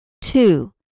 Two